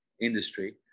industry